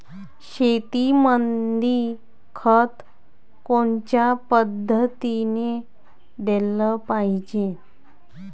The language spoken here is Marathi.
शेतीमंदी खत कोनच्या पद्धतीने देलं पाहिजे?